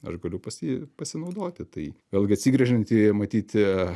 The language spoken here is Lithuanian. aš galiu pasi pasinaudoti tai vėlgi atsigręžiant į matyt